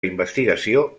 investigació